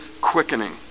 quickening